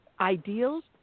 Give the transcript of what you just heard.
ideals